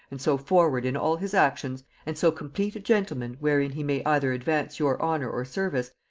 and so forward in all his actions, and so complete a gentleman wherein he may either advance your honor or service,